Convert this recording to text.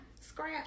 Scrap